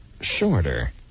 Shorter